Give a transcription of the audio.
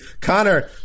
connor